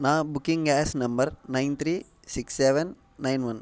నా booking gas number nine three six seven nine one